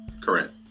Correct